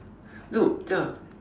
no ya